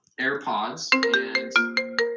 AirPods